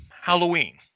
Halloween